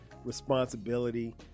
responsibility